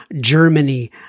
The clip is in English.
Germany